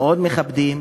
מאוד מכבדים,